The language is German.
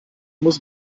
muss